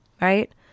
right